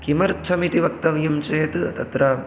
किमर्थम् इति वक्तव्यं चेत् तत्र